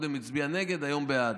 קודם הצביעה נגד, היום בעד.